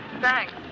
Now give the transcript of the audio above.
Thanks